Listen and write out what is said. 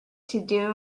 todo